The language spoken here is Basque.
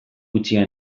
utzia